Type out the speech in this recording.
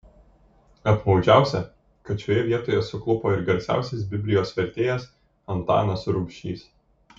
apmaudžiausia kad šioje vietoje suklupo ir garsiausias biblijos vertėjas antanas rubšys